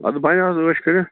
اَدٕ بَنہِ حظ عٲش کٔرِتھ